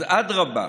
אז אדרבה,